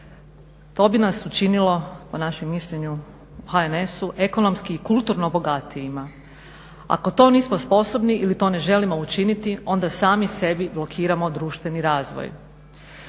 To bi nas učinilo po našem mišljenju u HNS-u ekonomski i kulturno bogatijima. Ako to nismo sposobni ili to ne želimo učiniti onda sami sebi blokiramo društveni razvoj.